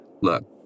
Look